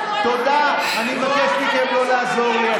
אני מבקש מהצד הזה לא לעזור לי.